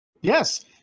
Yes